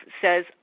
says